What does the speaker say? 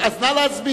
אז נא להסביר.